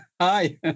hi